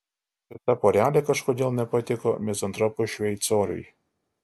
šita porelė kažkodėl nepatiko mizantropui šveicoriui